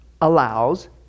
allows